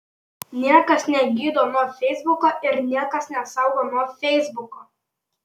niekas negydo nuo feisbuko ir niekas nesaugo nuo feisbuko